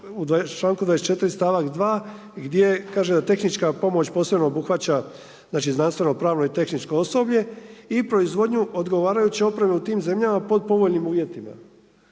članak 24. stavak 2 gdje kaže da tehnička pomoć posebno obuhvaća znači znanstveno, pravno i tehničko osoblje i proizvodnju odgovarajuće opreme u tim zemljama pod povoljnim uvjetima.